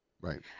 right